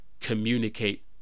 communicate